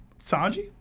Sanji